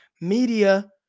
Media